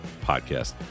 Podcast